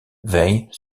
veillent